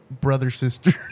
brother-sister